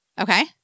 Okay